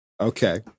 Okay